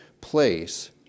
place